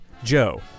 Joe